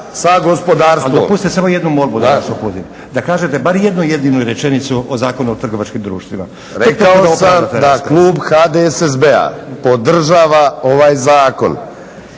da uputim. Da kažete bar jednu jedinu rečenicu o Zakonu o trgovačkim društvima./… Rekao sam da klub HDSSB-a podržava ovaj zakon.